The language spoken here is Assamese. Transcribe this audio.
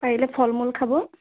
পাৰিলে ফল মূল খাব